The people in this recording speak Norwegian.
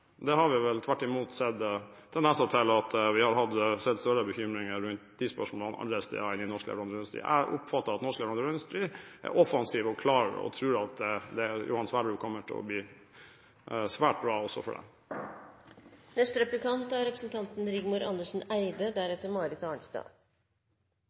har vel tvert imot sett tendenser til større bekymring rundt de spørsmålene andre steder enn der. Jeg oppfatter at norsk leverandørindustri er offensiv og klar, og tror at Johan Sverdrup kommer til å bli svært bra, også for dem. Jeg vil starte med å si at jeg er